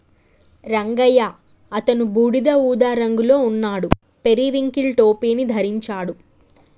రంగయ్య అతను బూడిద ఊదా రంగులో ఉన్నాడు, పెరివింకిల్ టోపీని ధరించాడు